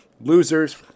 losers